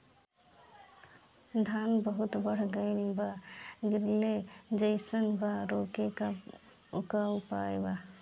धान बहुत बढ़ गईल बा गिरले जईसन बा रोके क का उपाय बा?